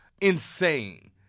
insane